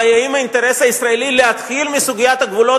אבל האם האינטרס הישראלי הוא להתחיל מסוגיית הגבולות,